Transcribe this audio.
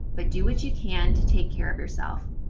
but do what you can to take care of yourself.